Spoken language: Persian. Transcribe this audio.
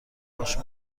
ماشین